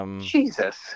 Jesus